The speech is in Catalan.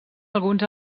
alguns